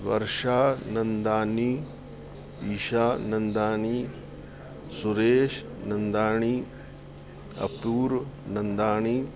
Varsha Nandani Isha Nandani Suresh Nandani Apurva Nandani